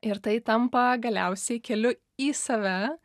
ir tai tampa galiausiai keliu į save